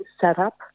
setup